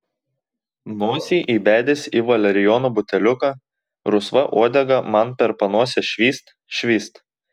nosį įbedęs į valerijono buteliuką rusva uodega man per panosę švyst švyst